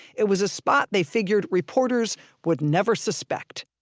it was a spot they figured reporters would never suspect,